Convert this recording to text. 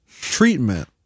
treatment